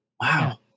Wow